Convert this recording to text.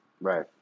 Right